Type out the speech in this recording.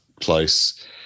place